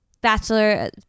bachelor